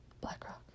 blackrock